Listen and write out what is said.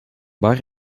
bar